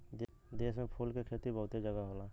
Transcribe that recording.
देश में फूल के खेती बहुते जगह होला